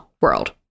world